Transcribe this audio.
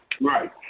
Right